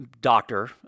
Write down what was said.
doctor